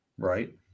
Right